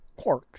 quarks